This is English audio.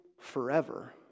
forever